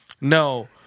No